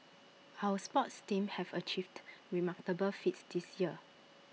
our sports teams have achieved remarkable feats this year